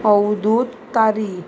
Avdhoot Tari